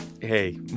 Hey